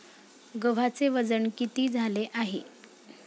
गव्हाचे वजन किती झाले आहे?